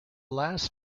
last